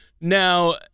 Now